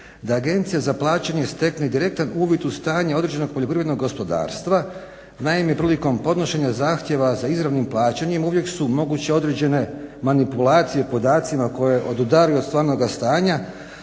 da agencija za plaćanje stekne direktan uvid u stanje određenog poljoprivrednog gospodarstva. Naime prilikom podnošenja zahtjeva za izravnim plaćanjem uvijek su moguće određene manipulacije podacima koje odudaraju o stvarnoga stanja